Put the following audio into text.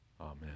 Amen